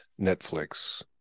Netflix